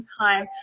time